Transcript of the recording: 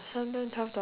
caleb caleb